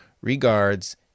Regards